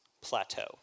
plateau